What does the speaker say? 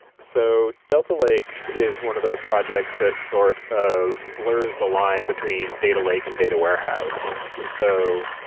so, delta lake is one of those projects that sort of blurs the line between data lake and data warehouse. so,